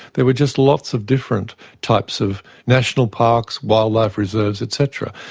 there were just lots of different types of national parks, wildlife reserves et cetera.